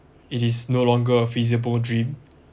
it is no longer a feasible dream